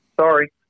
Sorry